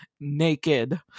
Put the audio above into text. naked